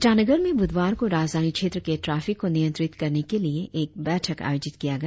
ईटानगर में ब्रधवार को राजधानी क्षेत्र के ट्राफिक को नियंत्रित करने के लिए एक बैठक आयोजित किया गया